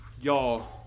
y'all